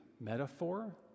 metaphor